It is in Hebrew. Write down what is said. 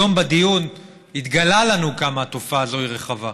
היום בדיון התגלה לנו כמה התופעה הזאת היא רחבה.